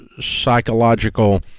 psychological